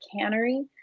cannery